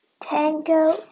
tango